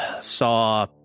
saw